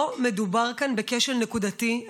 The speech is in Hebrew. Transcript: לא מדובר כאן בכשל נקודתי,